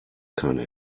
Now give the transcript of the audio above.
keine